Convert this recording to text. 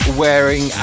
wearing